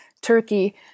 Turkey